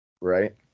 right